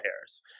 Harris